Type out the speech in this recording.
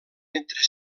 entre